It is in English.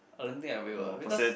I don't think I will lah because